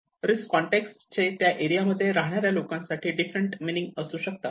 risk context चे त्या area मध्ये राहणाऱ्या लोकांसाठी डिफरंट मिनिंग असू शकतात